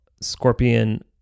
scorpion